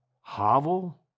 hovel